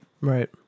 Right